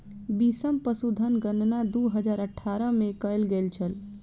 बीसम पशुधन गणना दू हजार अठारह में कएल गेल छल